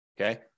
Okay